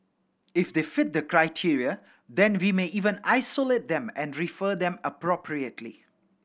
if they fit the criteria then we may even isolate them and refer them appropriately